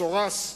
מסורס,